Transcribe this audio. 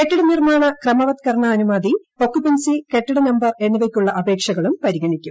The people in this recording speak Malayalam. കെട്ടിട നിർമാണ ക്രമവത്കരണാനുമതി ഒക്കുപെൻസികെട്ടിട നമ്പർ എന്നിവയ്ക്കുള്ള അപേക്ഷകളും പരിഗണിക്കും